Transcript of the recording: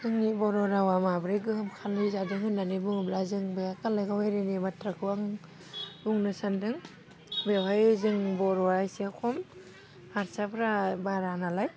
जोंनि बर' रावा माब्रै गोहोम खालामनाय जादों होन्नानै बुङोब्ला जों बे कालाइगाव एरियानि बाथ्राखौ आं बुंनो सानदों बेवहाय जों बर'आ इसे खम हारसाफ्रा बारा नालाय